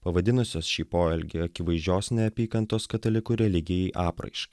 pavadinusios šį poelgį akivaizdžios neapykantos katalikų religijai apraiška